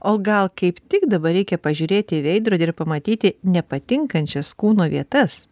o gal kaip tik dabar reikia pažiūrėti į veidrodį ir pamatyti nepatinkančias kūno vietas